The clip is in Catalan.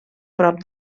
prop